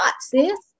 sis